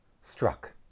struck